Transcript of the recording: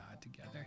together